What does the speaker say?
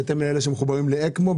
בהתאם לאלה שמחוברים לאקמו?